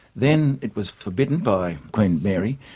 then it was forbidden by queen mary,